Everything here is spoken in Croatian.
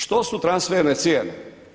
Što su transferne cijene?